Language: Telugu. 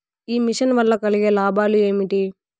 ఈ మిషన్ వల్ల కలిగే లాభాలు ఏమిటి?